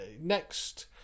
next